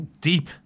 Deep